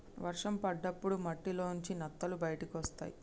వర్షం పడ్డప్పుడు మట్టిలోంచి నత్తలు బయటకొస్తయ్